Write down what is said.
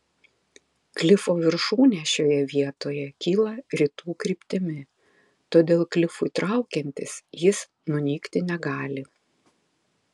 klifo viršūnė šioje vietoje kyla rytų kryptimi todėl klifui traukiantis jis nunykti negali